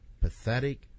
Pathetic